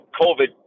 COVID